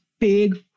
big